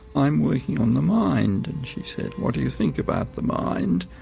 i'm working on the mind. and she said, what do you think about the mind?